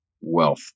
wealth